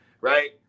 right